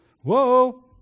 Whoa